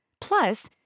Plus